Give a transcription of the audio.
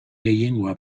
gehiengoa